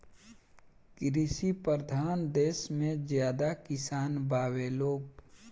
कृषि परधान देस मे ज्यादे किसान बावे लोग